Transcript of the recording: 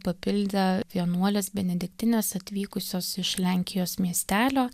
papildė vienuolės benediktinės atvykusios iš lenkijos miestelio